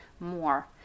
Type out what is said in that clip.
more